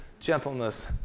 Gentleness